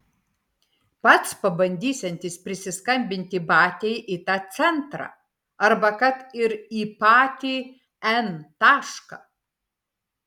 pats pabandysiantis prisiskambinti batiai į tą centrą arba kad ir į patį n tašką